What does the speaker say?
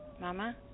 Mama